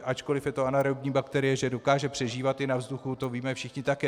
Ačkoli je to anaerobní bakterie, že dokáže přežívat i na vzduchu, to víme všichni také.